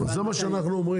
אבל זה מה שאנחנו אומרים: